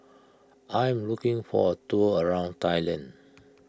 I am looking for a tour around Thailand